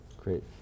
Great